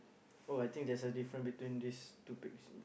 oh I think there's a difference between this two pics